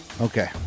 Okay